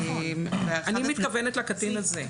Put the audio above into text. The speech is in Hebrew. אני מתכוונת לקטין הזה.